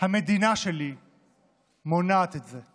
המדינה שלי מונעת את זה.